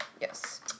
Yes